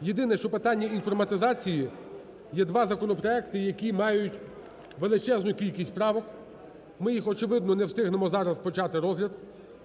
єдине, що питання інформатизації є два законопроекти, які мають величезну кількість правок, ми їх очевидно не встигнемо почати розгляд,